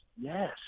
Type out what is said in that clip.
yes